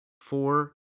Four